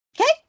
Okay